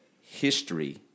history